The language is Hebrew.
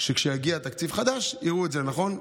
שכשיגיע תקציב חדש יראו את זה, נכון?